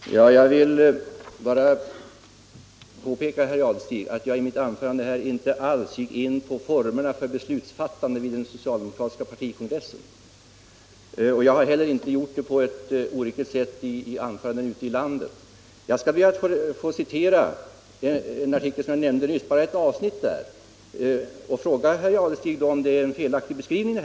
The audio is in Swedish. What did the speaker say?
Herr talman! Jag vill bara påpeka, herr Jadestig, att jag i mitt anförande här inte alls gick in på formerna för beslutsfattandet vid den socialdemokratiska partikongressen, och jag har heller inte gjort det på något oriktigt sätt i anföranden ute i landet. Jag ber att få citera ett avsnitt ur den artikel som jag nämnde, och jag frågar herr Jadestig om det är en felaktig beskrivning.